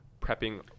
prepping